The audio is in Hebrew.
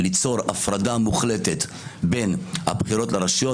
ליצור הפרדה מוחלטת בין הבחירות לרשויות.